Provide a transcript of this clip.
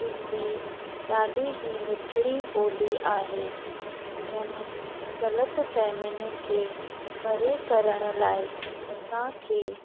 सिंधी ॾाढी ई मिठिड़ी ॿोली आहे हिननि ग़लति फैमली खे परे करण लाइ असांखे